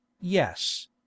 yes